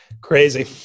crazy